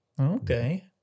Okay